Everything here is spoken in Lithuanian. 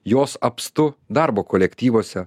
jos apstu darbo kolektyvuose